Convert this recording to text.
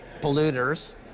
polluters